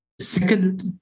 Second